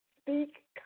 speak